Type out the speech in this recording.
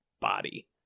body